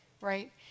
right